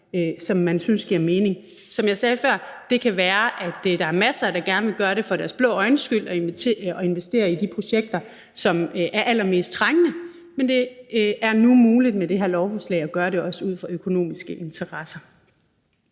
som man synes giver mening. Som jeg sagde før, kan det være, at der er masser, der gerne vil gøre det for deres blå øjnes skyld og vil investere i de projekter, som er allermest trængende, men det er nu muligt med det her lovforslag at gøre det også ud fra økonomiske interesser.